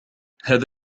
هذا